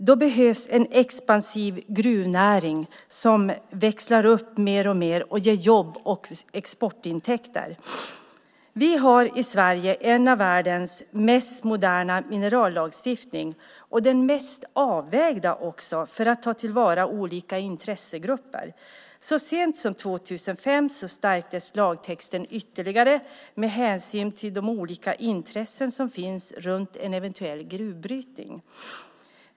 Då behövs en expansiv gruvnäring som växlar upp mer och mer och ger jobb och exportintäkter. Vi har i Sverige en av världens mest moderna minerallagstiftningar, och den mest avvägda för att ta till vara olika intressegrupper. Så sent som 2005 stärktes lagtexten ytterligare med hänsyn till de olika intressen som finns runt en eventuell gruvbrytning.